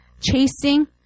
Chasing